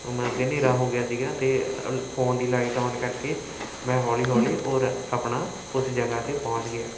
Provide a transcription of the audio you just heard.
ਮਤਲਬ ਕਿ ਹਨੇਰਾ ਹੋ ਗਿਆ ਸੀਗਾ ਅਤੇ ਫੋਨ ਦੀ ਲਾਈਟ ਔਨ ਕਰਕੇ ਮੈਂ ਹੌਲੀ ਹੌਲੀ ਉਹ ਆਪਣਾ ਉਸ ਜਗ੍ਹਾ 'ਤੇ ਪਹੁੰਚ ਗਿਆ